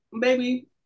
baby